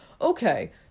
okay